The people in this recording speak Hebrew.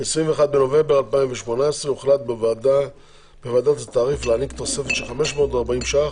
ב-21 בנובמבר 2018 הוחלט בוועדת התעריף להעניק תוספת של 540 ₪,